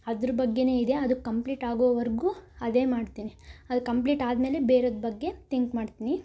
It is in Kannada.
ಅದ್ರ ಬಗ್ಗೆನೇ ಇದೆ ಅದು ಕಂಪ್ಲೀಟ್ ಆಗೋವರೆಗೂ ಅದೇ ಮಾಡ್ತೀನಿ ಅದು ಕಂಪ್ಲೀಟ್ ಆದಮೇಲೆ ಬೇರೇದು ಬಗ್ಗೆ ತಿಂಕ್ ಮಾಡ್ತೀನಿ